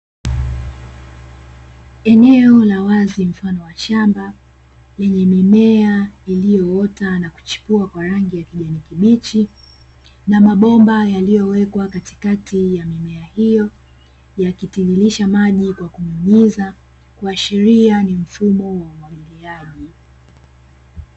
Eneo la wazi mfano wa shamba lenye mimea iliyoota na kuchipua kwa rangi ya kijani kibichi, na mabomba yaliyowekwa katikati ya mimea hiyo, yakitiririsha maji kwa kunyunyiza, kuashiria ni mfumo wa umwagiliaji.